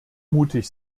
mutig